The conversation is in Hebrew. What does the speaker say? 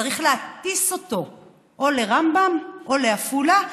צריך להטיס אותו או לרמב"ם או לעפולה.